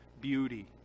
beauty